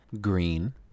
green